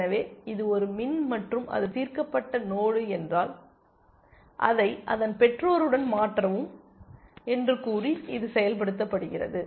எனவே இது ஒரு மின் மற்றும் அது தீர்க்கப்பட்ட நோடு என்றால் அதை அதன் பெற்றோருடன் மாற்றவும் என்று கூறி இது செயல்படுத்தப்படுகிறது